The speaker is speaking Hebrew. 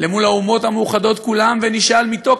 אל מול האומות המאוחדות כולן ונשאל: מתוך